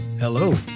Hello